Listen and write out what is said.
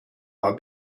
par